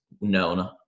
known